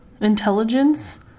Intelligence